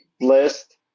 list